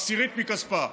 בעשירית מכספה,